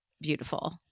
beautiful